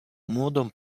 młodą